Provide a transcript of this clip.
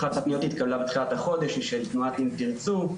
אחת הפניות התקבלה בתחילת החודש והיא של תנועת "אם תרצו".